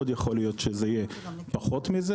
יכול להיות שזה יהיה פחות זמן,